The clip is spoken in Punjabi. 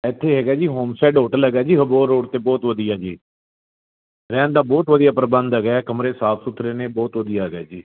ਇਥੇ ਹੈਗਾ ਜੀ ਹੋਮ ਸੈਡ ਹੋਟਲ ਹੈਗਾ ਜੀ ਅਬੋਹਰ ਰੋਡ 'ਤੇ ਬਹੁਤ ਵਧੀਆ ਜੀ ਰਹਿਣ ਦਾ ਬਹੁਤ ਵਧੀਆ ਪ੍ਰਬੰਧ ਹੈਗਾ ਕਮਰੇ ਸਾਫ਼ ਸੁਥਰੇ ਨੇ ਬਹੁਤ ਵਧੀਆ ਹੈਗਾ ਜੀ